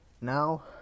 Now